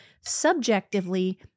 subjectively